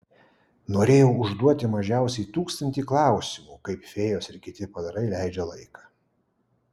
norėjau užduoti mažiausiai tūkstantį klausimų kaip fėjos ir kiti padarai leidžia laiką